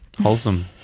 Wholesome